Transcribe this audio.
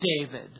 David